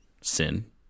sin